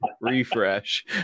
refresh